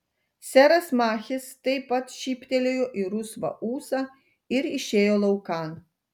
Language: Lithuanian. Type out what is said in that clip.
seras machis taip pat šyptelėjo į rusvą ūsą ir išėjo laukan